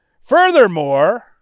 Furthermore